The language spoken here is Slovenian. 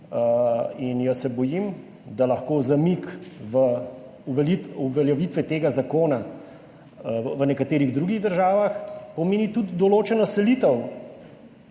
in jaz se bojim, da lahko zamik uveljavitve tega zakona v nekaterih drugih državah pomeni tudi določeno selitev